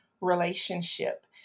relationship